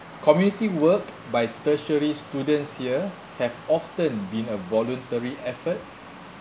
community work by tertiary students here have often been a voluntary effort